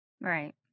Right